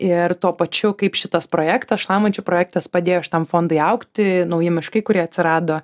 ir tuo pačiu kaip šitas projektas šlamančių projektas padėjo šitam fondui augti nauji miškai kurie atsirado